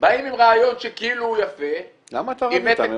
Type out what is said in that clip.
באים עם רעיון שכאילו הוא יפה --- למה אתה רב איתם?